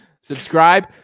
Subscribe